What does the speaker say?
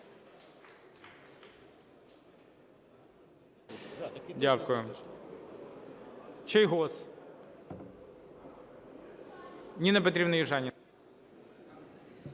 Дякую. Чийгоз. Ніна Петрівна Южаніна.